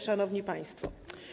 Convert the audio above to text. Szanowni Państwo!